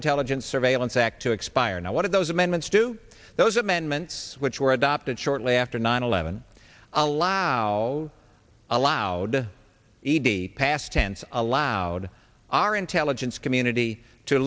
intelligence surveillance act to expire and one of those amendments to those amendments which were adopted shortly after nine eleven allow allowed to e d past tense allowed our intelligence community to